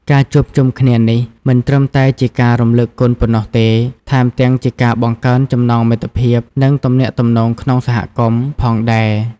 ការជួបជុំគ្នានេះមិនត្រឹមតែជាការរំលឹកគុណប៉ុណ្ណោះទេ ថែមទាំងជាការបង្កើនចំណងមិត្តភាព និងទំនាក់ទំនងក្នុងសហគមន៍ផងដែរ។